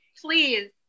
Please